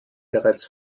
bereits